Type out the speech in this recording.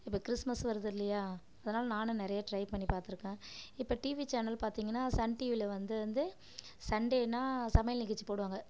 இப்போ கிறிஸ்மஸ் வருதில்லயா அதனால் நானும் நிறையா ட்ரை பண்ணி பார்த்துருக்கன் இப்போ டீவி சேனல் பார்த்திங்கன்னா சன் டீவியில வந்து வந்து சண்டேனா சமையல் நிகழ்ச்சி போடுவாங்க